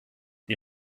die